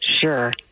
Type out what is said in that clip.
Sure